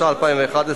התשע"א 2011,